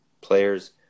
players